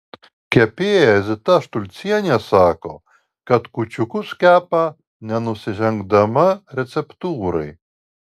kepėja zita štulcienė sako kad kūčiukus kepa nenusižengdama receptūrai